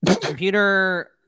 computer